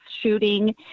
shooting